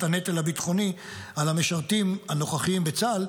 הנטל הביטחוני על המשרתים הנוכחיים בצה"ל,